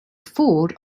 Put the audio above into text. ford